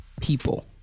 people